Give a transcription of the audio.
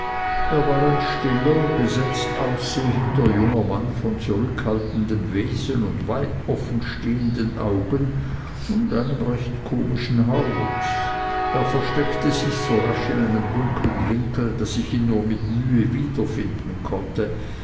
er war ein stiller gesetzt aussehender junger mann von zurückhaltendem wesen und weit offenstehenden augen und einem recht komischen haarwuchs er versteckte sich so rasch in einem dunkeln winkel daß ich ihn nur mit mühe wiederfinden konnte